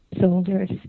soldiers